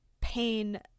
pain